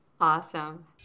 Awesome